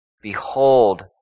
Behold